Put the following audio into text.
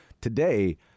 today